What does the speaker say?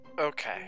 Okay